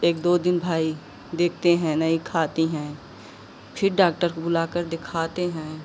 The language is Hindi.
एक दो दिन भाई देखते हैं नहीं खाती हैं फिर डाक्टर को बुलाकर दिखाते हैं